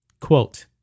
Quote